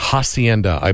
Hacienda